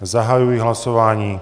Zahajuji hlasování.